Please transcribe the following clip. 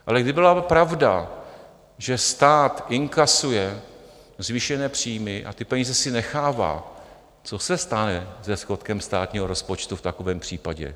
Ale kdyby byla pravda, že stát inkasuje zvýšené příjmy a ty peníze si nechává co se stane se schodkem státního rozpočtu v takovém případě?